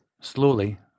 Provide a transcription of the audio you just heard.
Slowly